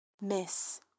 Miss